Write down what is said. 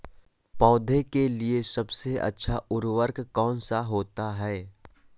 पौधे के लिए सबसे अच्छा उर्वरक कौन सा होता है?